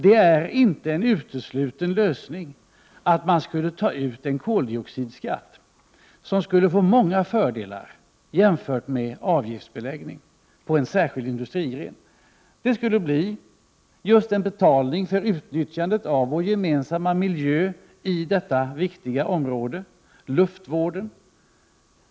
Det är inte en utesluten lösning att ta ut en koldioxidskatt, som skulle få många fördelar jämfört med en avgiftsbeläggning på en särskild industrigren. Det skulle bli en betalning för utnyttjandet av vår gemensamma miljö på detta viktiga område, luftvården.